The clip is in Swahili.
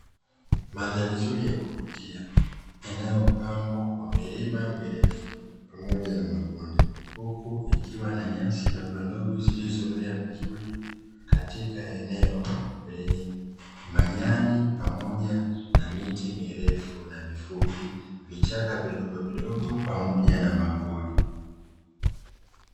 Mandhali nzuri ya kuvutia inayopambwa kwa milima mirefu pamoja na mabonde, huku ikiwa na nyasi ndogondogo zilizomea vizuri katika eneo lenye majani pamoja na miti mirefu na mifupi, vichaka vidogo vidogo pamoja na mapori.